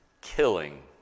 killing